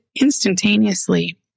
instantaneously